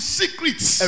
secrets